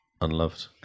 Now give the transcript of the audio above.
unloved